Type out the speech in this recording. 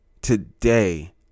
today